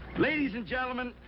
ladies and gentlemen,